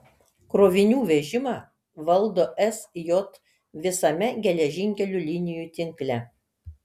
krovinių vežimą valdo sj visame geležinkelių linijų tinkle